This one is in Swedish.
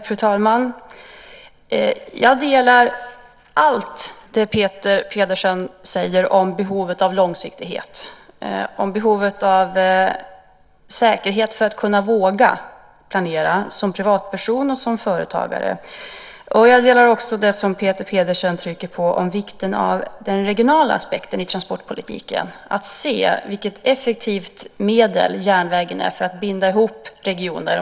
Fru talman! Jag instämmer i allt det Peter Pedersen säger om behovet av långsiktighet, om behovet av säkerhet för att kunna våga planera som privatperson och som företagare. Jag instämmer också i det Peter Pedersen trycker på om vikten av den regionala aspekten i transportpolitiken, att se vilket effektivt medel järnvägen är för att binda ihop regioner.